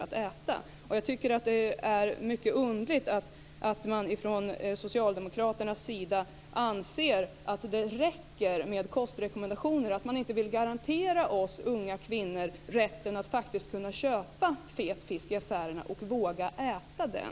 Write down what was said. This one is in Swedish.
Jag tycker att det är mycket underligt att man från Socialdemokraternas sida anser att det räcker med kostrekommendationer och att man inte vill garantera oss unga kvinnor rätten att faktiskt kunna köpa fet fisk i affärerna och våga äta den.